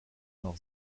noch